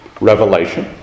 revelation